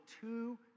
two